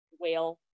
whale